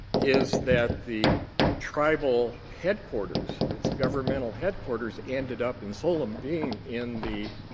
is that the tribal headquarters, its governmental headquarters ended up in solem being in the